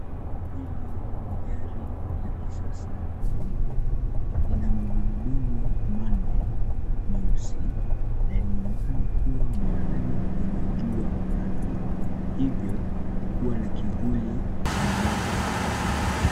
Hili ni gari la kisasa nyeupe, lina magurudumu manne meusi na inaonekana kuwa mahali penye jua kali hivyo kukuwa na kivuli chini yake.